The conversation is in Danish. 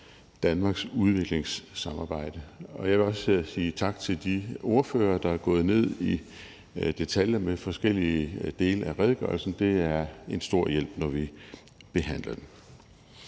Danmarks udviklingssamarbejde, og jeg vil også sige tak til de ordførere, der er gået ned i detaljer med forskellige dele af redegørelsen. Det er en stor hjælp, når vi behandler den.